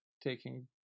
taking